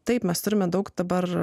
taip mes turime daug dabar